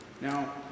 Now